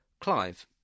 Clive